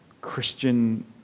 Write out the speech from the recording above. Christian